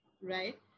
Right